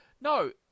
No